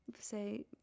say